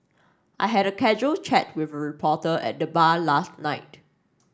I had a casual chat with reporter at the bar last night